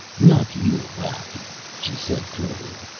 not you, ratty, she said throatily.